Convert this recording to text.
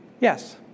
Yes